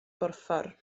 borffor